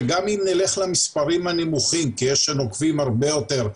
וגם אם נלך למספרים הנמוכים כי יש שנוקבים בהרבה יותר,